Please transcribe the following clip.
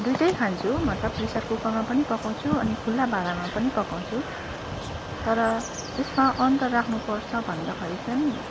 दुईवटै खान्छु मतलब प्रेसर कुकरमा पनि पकाउँछु अनि खुल्ला भाँडामा पनि पकाउँछु तर यसमा अन्तर राख्नुपर्छ भन्दाखेरि चाहिँ